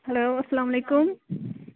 hello اسلامُ علیکُم